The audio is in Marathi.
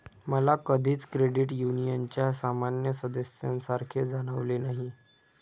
मला कधीच क्रेडिट युनियनच्या सामान्य सदस्यासारखे जाणवले नाही